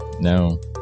No